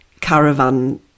caravan